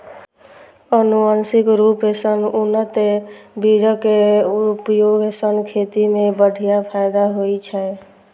आनुवंशिक रूप सं उन्नत बीजक उपयोग सं खेती मे बढ़िया फायदा होइ छै